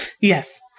Yes